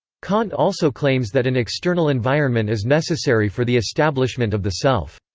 kant also claims that an external environment is necessary for the establishment of the self.